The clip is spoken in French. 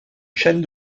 chaîne